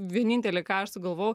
vienintelį ką aš sugalvojau